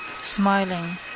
smiling